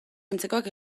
antzekoak